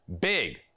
big